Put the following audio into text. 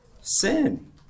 sin